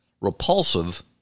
repulsive